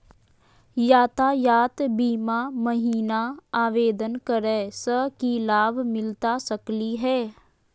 यातायात बीमा महिना आवेदन करै स की लाभ मिलता सकली हे?